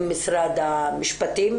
עם משרד המשפטים,